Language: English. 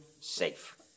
safe